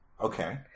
Okay